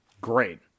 great